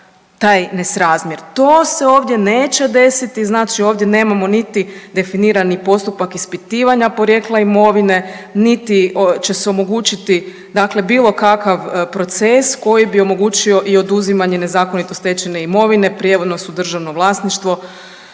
To se ovdje neće desiti. Znači ovdje nemamo niti definirani postupak ispitivanja porijekla imovine, niti će se omogućiti dakle bilo kakav proces koji bi omogućio i oduzimanje nezakonito stečene imovine, … /ne razumije se/ … državno vlasništvo,